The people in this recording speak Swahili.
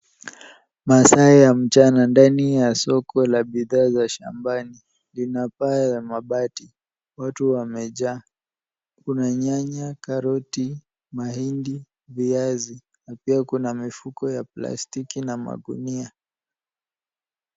Masaa ya mchana. Ndani ya soko la bidhaa za shambani lina paa la mabati. Watu wamejaa. Kuna nyanya, karoti, mahindi, viazi. Na pia kuna mifuko ya plastiki na magunia.